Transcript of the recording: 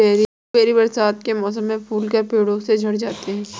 blueberry बरसात के मौसम में फूलकर पेड़ों से झड़ जाते हैं